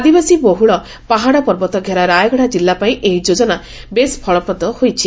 ଆଦିବାସୀବହୁଳ ପାହାଡ଼ ପର୍ବତ ଘେରା ରାୟଗଡ଼ା ଜିଲ୍ଲାପାଇଁ ଏହି ଯୋଚ୍ଚନା ବେଶ୍ ଫଳପ୍ରଦ ହୋଇଛି